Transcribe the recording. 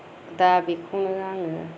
दा बेखौनो आङो